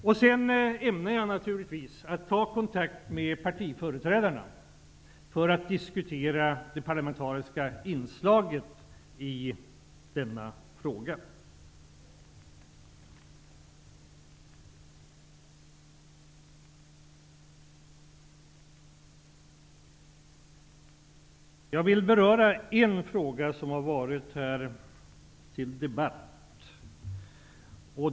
Jag ämnar givetvis att ta kontakt med partiföreträdarna för att diskutera det parlamentariska inslaget i denna fråga. Jag vill beröra en fråga som har varit uppe till debatt.